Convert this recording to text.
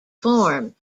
form